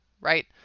right